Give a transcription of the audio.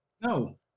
No